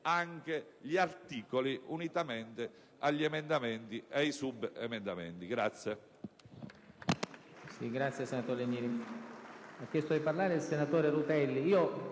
anche gli articoli, unitamente agli emendamenti e ai subemendamenti.